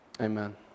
Amen